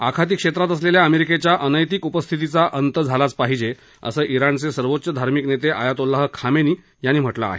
आखाती क्षेत्रात असलेल्या अमेरिकेच्या अनैतिक उपस्थितीचा अंत झालाच पाहिजे असं ज्ञाणचे सर्वोच्च धार्मिक नेते आयातोल्लाह खामेनी यांनी म्हटलं आहे